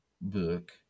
book